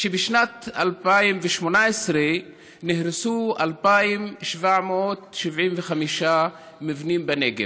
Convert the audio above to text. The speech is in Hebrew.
שבשנת 2018 נהרסו 2,775 מבנים בנגב.